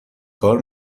کار